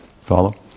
Follow